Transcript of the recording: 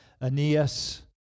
Aeneas